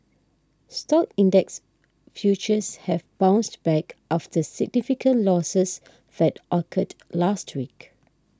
stock index futures have bounced back after significant losses that occurred last week